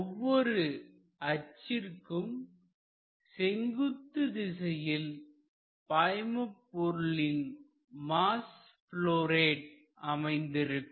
ஒவ்வொரு அச்சிற்கும் செங்குத்து திசையில் பாய்மபொருளின் மாஸ் ப்லொ ரேட் அமைந்திருக்கும்